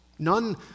None